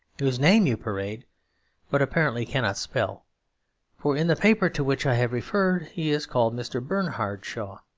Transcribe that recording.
whose name you parade but apparently cannot spell for in the paper to which i have referred he is called mr. bernhard shaw.